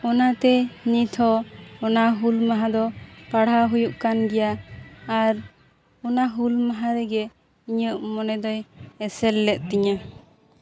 ᱚᱱᱟᱛᱮ ᱱᱤᱛᱦᱚᱸ ᱚᱱᱟ ᱦᱩᱞ ᱢᱟᱦᱟ ᱫᱚ ᱯᱟᱲᱦᱟᱣ ᱦᱩᱭᱩᱜ ᱠᱟᱱ ᱜᱮᱭᱟ ᱟᱨ ᱚᱱᱟ ᱦᱩᱞ ᱢᱟᱦᱟ ᱨᱮᱜᱮ ᱤᱧᱟᱹᱜ ᱢᱚᱱᱮ ᱫᱚᱭ ᱮᱥᱮᱨ ᱞᱮᱫ ᱛᱤᱧᱟᱹ